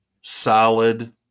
solid